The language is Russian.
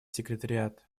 секретариат